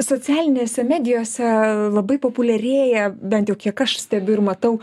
socialinėse medijose labai populiarėja bent jau kiek aš stebiu ir matau